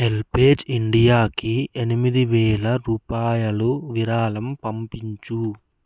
HelpAge ఇండియాకి ఎనిమిది వేల రూపాయలు విరాళం పంపించు